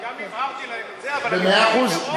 וגם הבהרתי להם את זה, אבל, מאה אחוז.